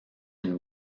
une